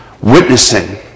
witnessing